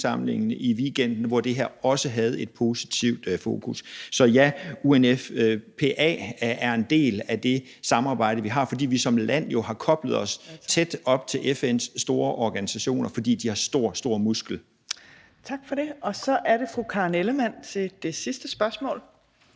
i weekenden, hvor det her også havde et positivt fokus. Så ja, UNFPA er en del af det samarbejde, vi har, fordi vi jo som land har koblet os tæt op til FN's store organisationer, fordi de har stor, stor muskel. Kl. 14:51 Fjerde næstformand (Trine Torp): Tak for det. Så er det fru Karen Ellemann til det sidste spørgsmål.